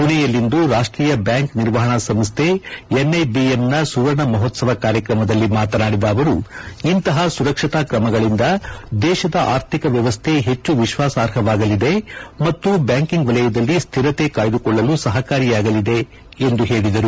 ಮಣೆಯಲ್ಲಿಂದು ರಾಷ್ಟೀಯ ಬ್ಯಾಂಕ್ ನಿರ್ವಹಣಾ ಸಂಸ್ಥೆ ಎನ್ಐಬಿಎಂನ ಸುವರ್ಣ ಮಹೋತ್ಸವ ಕಾರ್ಯಕ್ರಮದಲ್ಲಿ ಮಾತನಾಡಿದ ಅವರು ಇಂತಪ ಸುರಕ್ಷಿತಾ ್ರಮಗಳಿಂದ ದೇಶದ ಅರ್ಥಿಕ ವ್ನವಸ್ಥೆ ಹೆಚ್ಚು ವಿಶ್ವಾಸಾರ್ಹವಾಗಲಿದೆ ಮತ್ತು ಬ್ಬಾಂಕಿಂಗ್ ವಲಯದಲ್ಲಿ ಸ್ಟಿರತೆ ಕಾಯ್ದುಕೊಳ್ಳಲು ಸಪಕಾರಿಯಾಗಲಿದೆ ಎಂದು ಹೇಳಿದರು